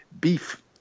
beef